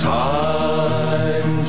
time